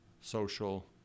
social